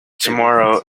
tomorrow